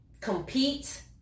compete